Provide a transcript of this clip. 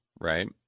right